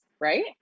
right